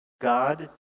God